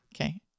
Okay